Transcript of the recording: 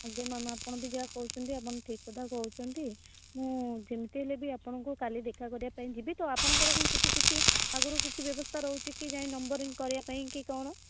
ଆଜ୍ଞା ମ୍ୟାମ୍ ଆପଣ ବି ଯାହା କହୁଛନ୍ତି ଆପଣ ଠିକ୍ କଥା କହୁଛନ୍ତି ମୁଁ ଯେମିତି ହେଲେ ବି ଆପଣଙ୍କୁ କାଲି ଦେଖା କରିବା ପାଇଁ ଯିବି ତ ଆପଣଙ୍କର କ'ଣ ସେଇଠି ଆଗରୁ କିଛି ବ୍ୟବସ୍ଥା କି ନମ୍ବରିଙ୍ଗ୍ କରିବା ପାଇଁ କି କ'ଣ